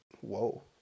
whoa